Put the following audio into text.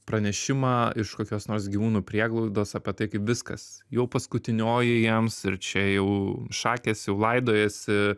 pranešimą iš kokios nors gyvūnų prieglaudos apie tai kaip viskas jau paskutinioji jiems ir čia jau šakės jau laidojasi